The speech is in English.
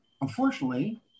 Unfortunately